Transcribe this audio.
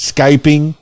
Skyping